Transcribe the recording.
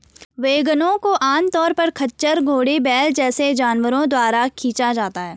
वैगनों को आमतौर पर खच्चर, घोड़े, बैल जैसे जानवरों द्वारा खींचा जाता है